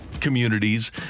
communities